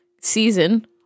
season